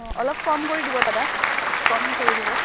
অঁ অলপ কম কৰি দিব দাদা কম কৰি দিব